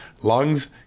lungs